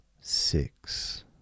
Six